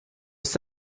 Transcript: ist